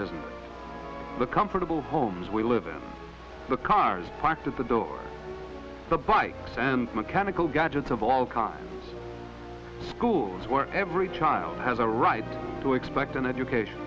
america the comfortable homes we live in the cars parked at the door the bikes and mechanical gadgets of all kinds schools where every child has a right to expect an education